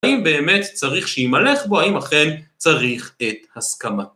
האם באמת צריך שיימלך בו? האם אכן צריך את הסכמתו?